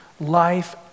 life